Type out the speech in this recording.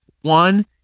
One